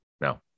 No